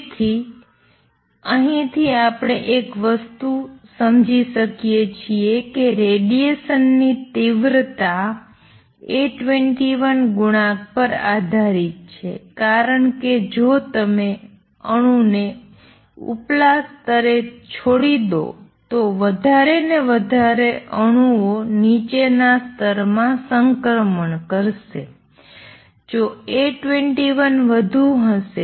તેથી અહીંથી આપણે એક વસ્તુ સમજી શકીએ છીએ કે રેડિએશનની ઇંટેંસિટી A21 કોએફિસિએંટ પર આધારીત છે કારણ કે જો તમે અણુ ને ઉપલા સ્તરે છોડી દો તો વધારે અને વધારે અણુઓ નીચેના સ્તર માં ટ્રાંઝીસન કરશે જો A21 વધુ હશે